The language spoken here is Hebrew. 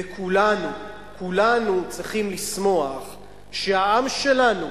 וכולנו, כולנו צריכים לשמוח שהעם שלנו